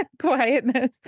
quietness